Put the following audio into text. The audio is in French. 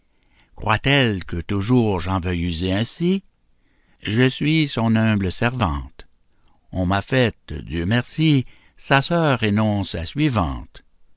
croit-elle que toujours j'en veuille user ainsi je suis son humble servante on m'a faite dieu merci sa sœur et non sa suivante